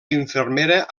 infermera